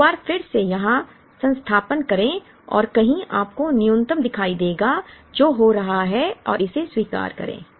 Q r फिर से यहाँ स्थानापन्न करें और कहीं आपको न्यूनतम दिखाई देगा जो हो रहा है और इसे स्वीकार करें